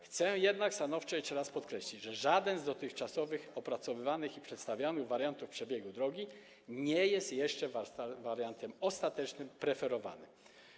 Chcę jednak stanowczo jeszcze raz podkreślić, że żaden z dotychczas opracowywanych i przedstawianych wariantów przebiegu drogi nie jest jeszcze wariantem ostatecznym, preferowanym.